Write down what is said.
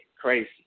crazy